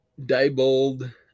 Diebold